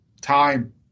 time